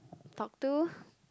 talk to